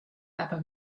aber